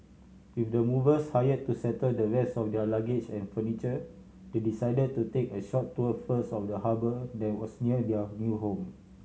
with the movers hire to settle the rest of their luggage and furniture they decided to take a short tour first of the harbour that was near their new home